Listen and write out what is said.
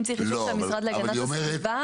אם צריך לפנות למשרד להגנת הסביבה,